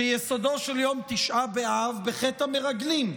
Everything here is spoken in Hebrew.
שיסודו של יום תשעה באב בחטא המרגלים,